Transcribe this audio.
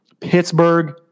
Pittsburgh